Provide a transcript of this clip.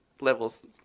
levels